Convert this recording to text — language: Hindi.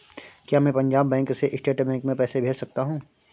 क्या मैं पंजाब बैंक से स्टेट बैंक में पैसे भेज सकता हूँ?